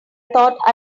thought